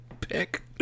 pick